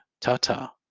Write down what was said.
Ta-ta